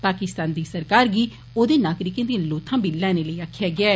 पाकिस्तान दी सरकार गी औदे नागरिकें दियां लोथां बी लैने लेई आक्खेआ गेआ ऐ